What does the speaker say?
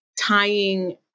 tying